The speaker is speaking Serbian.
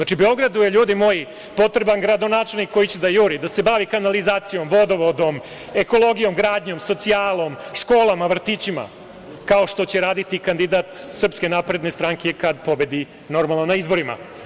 Ljudi moji, Beogradu je potreban gradonačelnik koji će da juri, da se bavi kanalizacijom, vodovodom, ekologijom, gradnjom, socijalom, školama, vrtićima, kao što će raditi kandidat Srpske napredne stranke kada pobedi, normalno, na izborima.